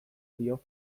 dio